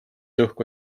õhku